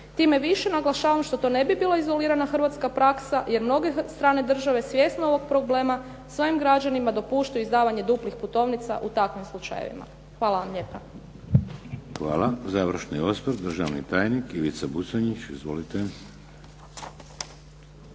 Tim više naglašavam što to ne bi bila izolirana hrvatska praksa jer mnoge strane države svjesne ovog problema svojim građanima dopuštaju izdavanje duplih putovnica u takvim slučajevima. Hvala vam lijepa. **Šeks, Vladimir (HDZ)** Hvala. Završni osvrt državni tajnik Ivica Buconjić. Izvolite.